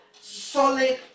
Solid